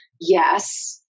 yes